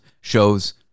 shows